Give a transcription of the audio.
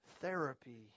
therapy